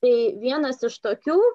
tai vienas iš tokių